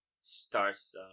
starts